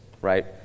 right